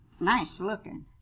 nice-looking